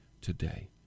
today